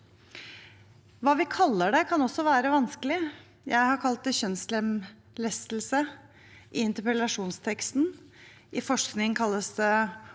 Hva vi kaller det, kan også være vanskelig. Jeg har kalt det kjønnslemlestelse i interpellasjonsteksten. I forskning kalles det